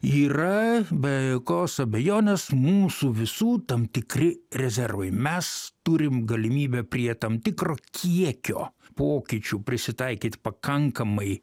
yra be jokios abejonės mūsų visų tam tikri rezervai mes turim galimybę prie tam tikro kiekio pokyčių prisitaikyt pakankamai